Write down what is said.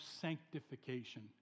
sanctification